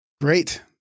Great